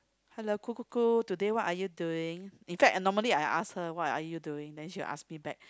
hello kukuku today what are you doing in fact normally I ask her what are you doing then she will ask me back